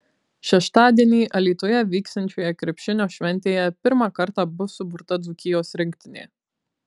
šeštadienį alytuje vyksiančioje krepšinio šventėje pirmą kartą bus suburta dzūkijos rinktinė